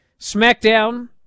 Smackdown